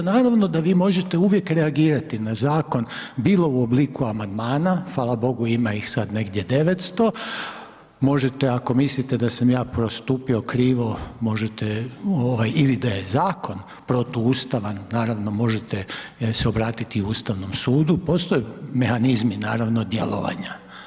Naravno da vi možete uvijek reagirati na Zakon, bilo u obliku amandmana, fala bogu ima ih sad negdje 900, možete ako mislite da sam ja postupio krivo možete, ovaj, ili da je Zakon protuustavan, naravno možete se obratiti i Ustavnom sudu, postoje mehanizmi naravno djelovanja.